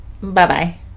Bye-bye